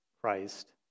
Christ